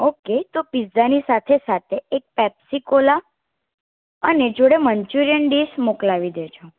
okay તો પિઝાની સાથે સાથે એક પેપ્સિકોલા અને જોડે મંચુરિયન ડીસ મોકલાવી દેજો